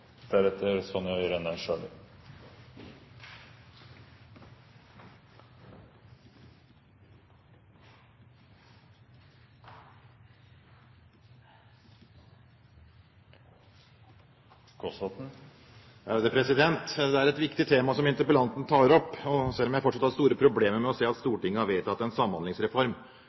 et viktig tema som interpellanten tar opp, selv om jeg fortsatt har store problemer med å se at Stortinget har vedtatt en samhandlingsreform,